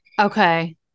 Okay